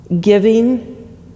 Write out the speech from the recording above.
giving